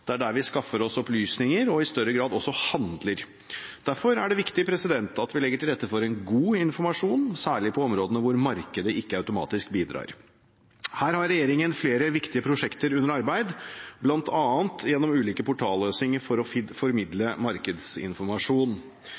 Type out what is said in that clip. Det er der vi skaffer oss opplysninger og i stadig større grad også handler. Derfor er det viktig at vi legger til rette for god informasjon, særlig på de områdene hvor markedet ikke automatisk bidrar. Her har regjeringen flere viktige prosjekter under arbeid, bl.a. gjennom ulike portalløsninger for å formidle markedsinformasjon.